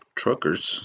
truckers